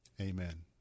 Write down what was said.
amen